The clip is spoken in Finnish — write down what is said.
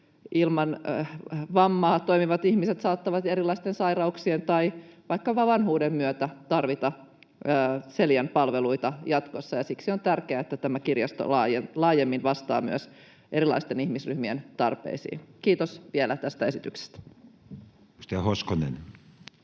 ilman vammaa toimivat ihmiset saattavat erilaisten sairauk-sien tai vaikkapa vanhuuden myötä tarvita Celian palveluita jatkossa. Siksi on tärkeää, että tämä kirjasto laajemmin vastaa myös erilaisten ihmisryhmien tarpeisiin. Kiitos vielä tästä esityksestä.